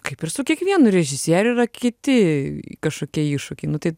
kaip ir su kiekvienu režisieriu yra kiti kažkokie iššūkiai nu tai